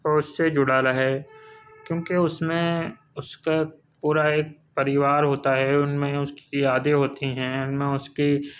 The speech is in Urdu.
وہ اُس سے جُڑا رہے كیوں كہ اُس میں اُس كا پورا ایک پریوار ہوتا ہے اُن میں اُس كی یادیں ہوتی ہیں اُن میں اُس كی